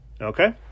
Okay